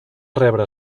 rebre